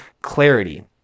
clarity